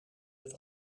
het